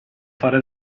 fare